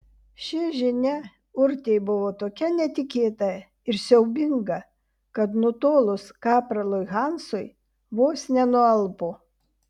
ši žinia urtei buvo tokia netikėta ir siaubinga kad nutolus kapralui hansui vos nenualpo